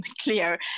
clear